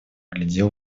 глядел